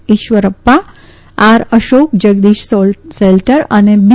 ઇશ્વરપ્પા આર અશોક જગદીશ સેલ્ટર અને બી